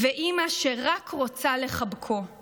ואימא שרק רוצה לחבקו /